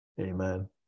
Amen